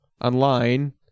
online